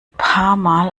paarmal